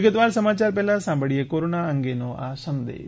વિગતવાર સમાચાર પહેલાં સાંભળીએ કોરોના અંગેનો આ સંદેશ